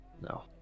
No